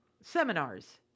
seminars